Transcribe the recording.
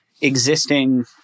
existing